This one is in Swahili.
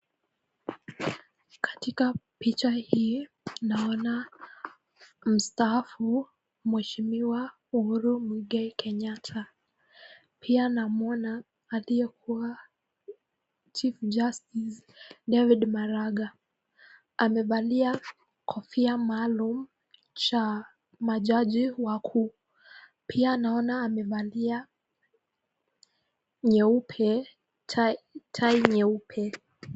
Katika picha hii naona mstaafu Mheshimiwa Uhuru Muigai Kenyatta. Pia namwona aliyekuwa Chief Justice David Maraga. Amevalia kofia maalum cha majaji wakuu. Pia naona amevalia nyeupe, tai nyeupe.